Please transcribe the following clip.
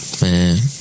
man